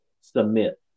submit